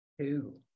two